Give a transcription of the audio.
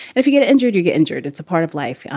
if you get injured, you get injured. it's a part of life.